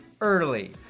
early